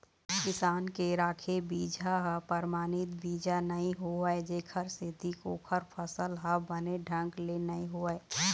किसान के राखे बिजहा ह परमानित बीजा नइ होवय जेखर सेती ओखर फसल ह बने ढंग ले नइ होवय